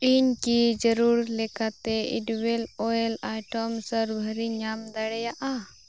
ᱤᱧ ᱠᱤ ᱡᱟᱹᱨᱩᱲ ᱞᱮᱠᱟᱛᱮ ᱮᱰᱤᱵᱮᱞ ᱚᱭᱮᱞ ᱟᱭᱴᱮᱢᱥ ᱥᱟᱨᱵᱷᱟᱨᱤᱧ ᱧᱟᱢ ᱫᱟᱲᱮᱭᱟᱜᱼᱟ